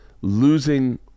losing